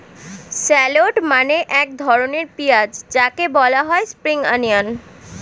shallot মানে এক ধরনের পেঁয়াজ যাকে বলা হয় স্প্রিং অনিয়ন